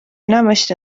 enamasti